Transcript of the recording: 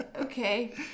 Okay